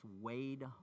weighed